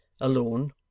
alone